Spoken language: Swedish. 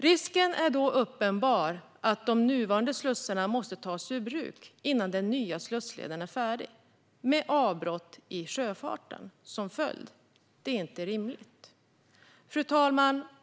Risken är då uppenbar att de nuvarande slussarna måste tas ur bruk innan den nya slussleden är färdig, med avbrott i sjöfarten som följd. Det är inte rimligt. Fru talman!